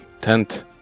tent